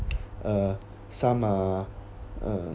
uh some uh uh